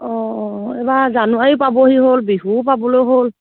অঁ অঁ এইবাৰ জানুৱাৰীও পাবহি হ'ল বিহুও পাবলৈ হ'ল